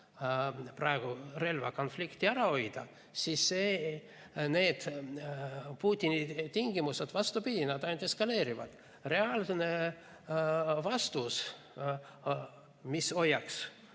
praegu relvakonflikti ära hoida, siis need Putini tingimused, vastupidi, ainult eskaleeruvad. Reaalne vastus, mis hoiaks